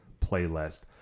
playlist